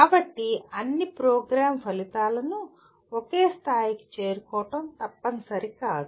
కాబట్టి అన్ని ప్రోగ్రామ్ ఫలితాలను ఒకే స్థాయికి చేరుకోవడం తప్పనిసరి కాదు